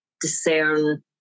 discern